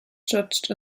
judged